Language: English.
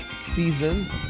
season